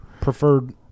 preferred